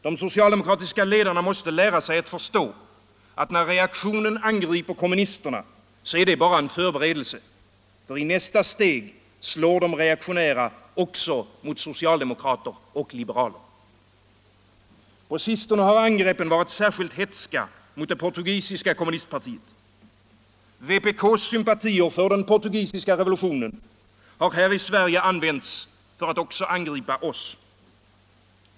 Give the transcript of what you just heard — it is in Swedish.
De socialdemokratiska ledarna måste lära sig förstå att när reaktionen angriper kommunisterna, så är det bara en förberedelse, för i nästa steg slår de reaktionära också mot socialdemokrater och liberaler. På sistone har angreppen varit särskilt hätska mot det portugisiska kommunistpartiet. Vpk:s sympatier för den portugisiska revolutionen har här i Sverige använts för att också angripa oss.